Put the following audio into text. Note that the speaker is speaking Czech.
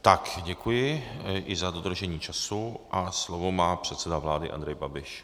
Tak, děkuji i za dodržení času a slovo má předseda vlády Andrej Babiš.